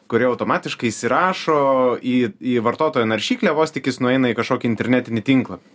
kurie automatiškai įsirašo į į vartotojo naršyklę vos tik jis nueina į kažkokį internetinį tinklapį